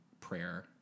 prayer